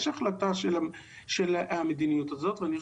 יש החלטה של המדיניות הזאת.